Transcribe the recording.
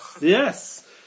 Yes